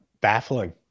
baffling